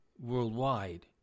worldwide